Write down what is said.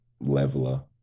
leveler